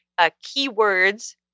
keywords